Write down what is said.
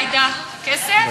עאידה, כסף?